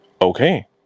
okay